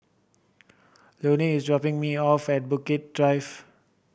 Luanne is dropping me off at Bukit Drive